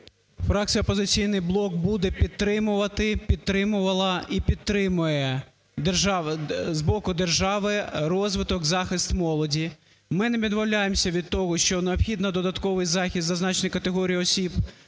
Фракція "Опозиційний блок" буде підтримувати, підтримувала і підтримає з боку держави розвиток, захист молоді. Ми не відмовляємося від того, що необхідний додатковий захист зазначеної категорії осіб.